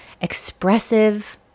expressive